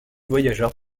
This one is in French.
voyageur